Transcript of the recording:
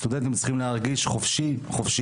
הסטודנטים צריכים להרגיש חופשיים,